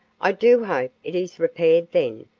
i do hope it is repaired then,